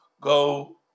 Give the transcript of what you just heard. go